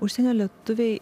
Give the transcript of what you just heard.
užsienio lietuviai